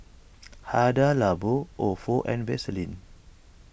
Hada Labo Ofo and Vaseline